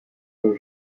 jeu